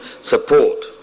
support